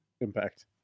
Impact